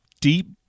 deep